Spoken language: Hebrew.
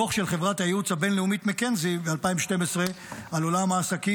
דוח של חברת הייעוץ הבין-לאומית מקינזי מ-2012 על עולם העסקים